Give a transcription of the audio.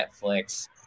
Netflix